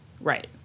Right